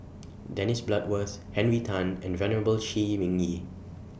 Dennis Bloodworth Henry Tan and Venerable Shi Ming Yi